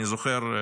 אני זוכר,